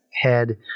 head